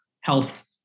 health